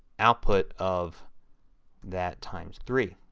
output of that times three.